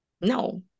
No